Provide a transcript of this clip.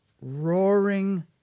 roaring